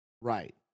Right